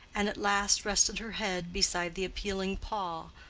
and at last rested her head beside the appealing paw,